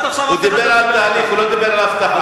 עד עכשיו אף לא דיבר אתם.